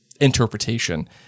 interpretation